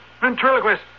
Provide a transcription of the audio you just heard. ventriloquist